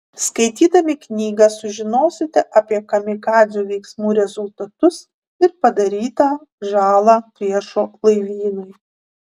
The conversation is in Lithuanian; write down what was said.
skaitydami knygą sužinosite apie kamikadzių veiksmų rezultatus ir padarytą žalą priešo laivynui